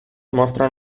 mostren